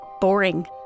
boring